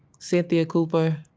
cynthia cooper,